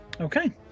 Okay